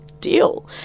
deal